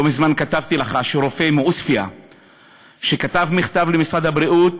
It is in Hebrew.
לא מזמן כתבתי לך שרופא מעוספיא שכתב מכתב למשרד הבריאות